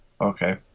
Okay